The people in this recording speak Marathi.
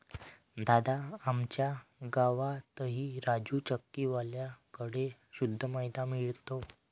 दादा, आमच्या गावातही राजू चक्की वाल्या कड़े शुद्ध मैदा मिळतो